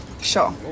sure